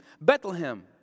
Bethlehem